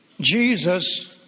Jesus